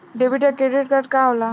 Debit या credit card का होला?